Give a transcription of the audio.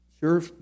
sure